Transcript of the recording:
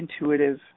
intuitive